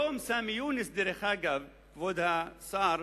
דרך אגב, היום סמי יונס, כבוד השר,